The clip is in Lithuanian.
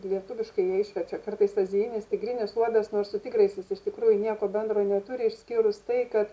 lietuviškai jie išverčia kartais azijinis tigrinis uodas nors su tigrais jis iš tikrųjų nieko bendro neturi išskyrus tai kad